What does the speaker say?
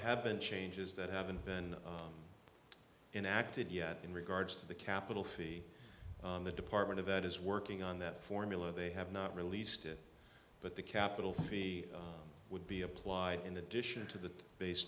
have been changes that haven't been in acted yet in regards to the capital city and the department of that is working on that formula they have not released it but the capital fee would be applied in addition to the base